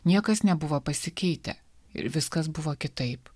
niekas nebuvo pasikeitę ir viskas buvo kitaip